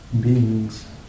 beings